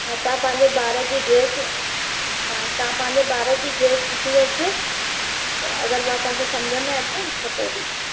हा तव्हां पंहिंजे ॿार जी ड्रेस हा त पांजे ॿार जी ड्रेस ॾिसी वठिजो अगरि हूअ तव्हांखे सम्झि में अचे त पोइ ॾीजो